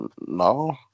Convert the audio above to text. No